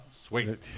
sweet